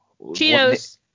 Cheetos